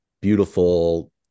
beautiful